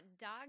dog